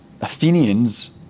Athenians